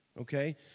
okay